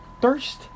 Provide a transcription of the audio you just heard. thirst